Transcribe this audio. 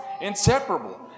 inseparable